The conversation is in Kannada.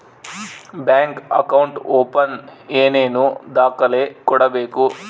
ಬ್ಯಾಂಕ್ ಅಕೌಂಟ್ ಓಪನ್ ಏನೇನು ದಾಖಲೆ ಕೊಡಬೇಕು?